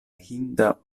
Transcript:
hinda